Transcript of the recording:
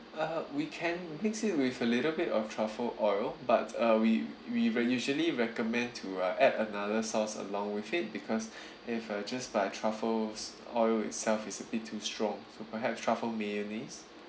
uh we can mix it with a little bit of truffle oil but uh we we will usually recommend to uh add another sauce along with it because if uh just by truffles oil itself it's a bit too strong so perhaps truffle mayonnaise